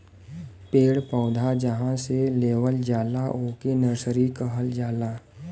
पेड़ पौधा जहां से लेवल जाला ओके नर्सरी कहल जाला